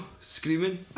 Screaming